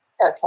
Okay